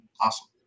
Awesome